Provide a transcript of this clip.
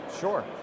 Sure